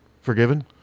forgiven